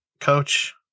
Coach